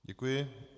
Děkuji.